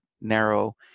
narrow